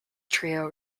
trio